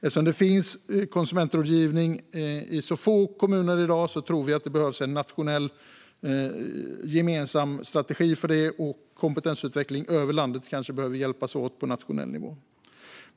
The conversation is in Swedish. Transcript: Eftersom det finns konsumentrådgivning i så få kommuner i dag tror vi att det behövs en nationell gemensam strategi för detta. Och när det gäller kompetensutveckling över landet behöver man kanske hjälpas åt på nationell nivå.